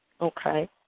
okay